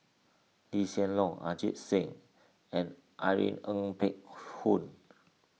Lee Hsien Loong Ajit Singh and Irene Ng Phek Hoong